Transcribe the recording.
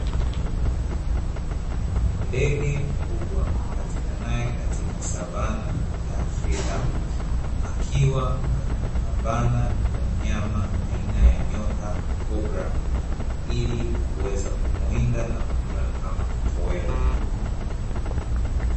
Ndege mkubwa apatikanaye katika savana ya Afrika, akiwa anapambana na mnyama aina ya nyoka (cobra) ili kuweza kumuwinda na kumla kama kitoweo.